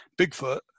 Bigfoot